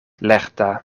lerta